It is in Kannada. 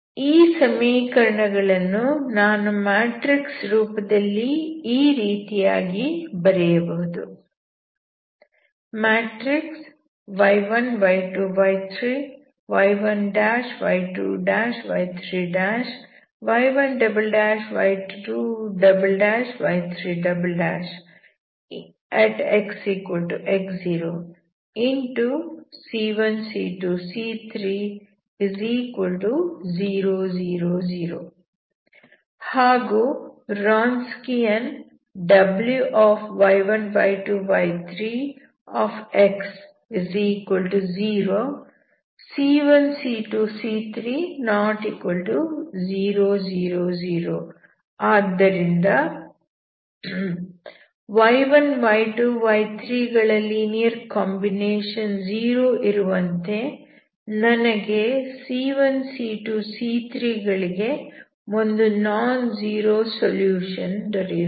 ಈ ಸಮೀಕರಣಗಳನ್ನು ನಾನು ಮ್ಯಾಟ್ರಿಕ್ಸ್ ರೂಪದಲ್ಲಿ ಈ ರೀತಿಯಾಗಿ ಬರೆಯಬಹುದು ಹಾಗೂ ರಾನ್ಸ್ಕಿಯನ್ ಆದ್ದರಿಂದ y1 y2 y3 ಗಳ ಲೀನಿಯರ್ ಕಾಂಬಿನೇಷನ್ 0 ಇರುವಂತೆ ನನಗೆ c1 c2 c3 ಗಳಿಗೆ ಒಂದು ನಾನ್ ಝೀರೋ ಸೊಲ್ಯೂಷನ್ ದೊರೆಯುತ್ತದೆ